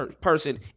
person